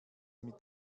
mit